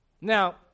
Now